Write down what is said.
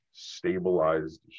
stabilized